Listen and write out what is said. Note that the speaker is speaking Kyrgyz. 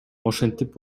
ошентип